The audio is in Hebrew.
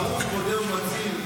ברוך פודה ומציל.